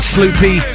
Sloopy